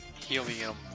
helium